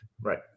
Right